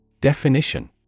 Definition